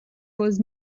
was